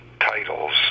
titles